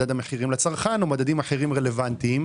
מדד המחירים לצרכן או מדדים אחרים רלוונטיים,